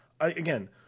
Again